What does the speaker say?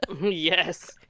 Yes